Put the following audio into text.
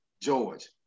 George